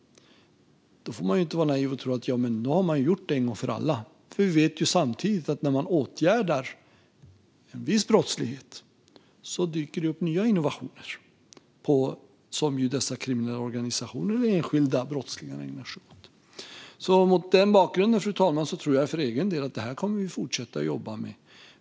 Men man får inte vara naiv och tro att man nu har gjort det en gång för alla, för vi vet samtidigt att när man åtgärdar viss brottslighet dyker det upp nya innovationer som dessa kriminella organisationer och enskilda brottslingar ägnar sig åt. Mot den bakgrunden, fru talman, tror jag för egen del att vi kommer att få fortsätta att jobba med det här.